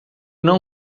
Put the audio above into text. não